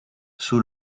sous